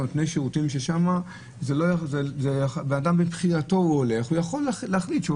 נותני שירותים שם בן אדם הולך והוא יכול להחליט שהוא